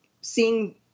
seeing